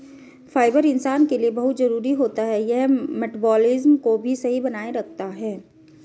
fibre इंसान के लिए बहुत जरूरी होता है यह मटबॉलिज़्म को भी सही बनाए रखता है